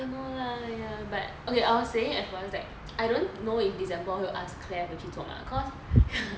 I don't know lah ya but okay I was saying at first like I don't know if december 会 ask claire 回去坐吗 cause